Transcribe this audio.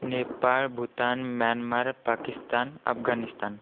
Nepal Bhutan Myanmar Pakistan Afghanistan